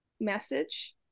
message